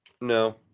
No